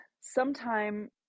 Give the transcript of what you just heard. sometime